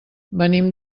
venim